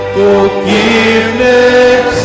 forgiveness